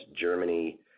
Germany